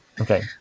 Okay